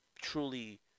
truly